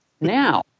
Now